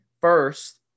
first